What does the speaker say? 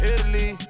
Italy